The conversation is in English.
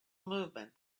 movement